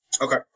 Okay